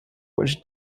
which